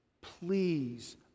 please